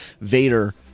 Vader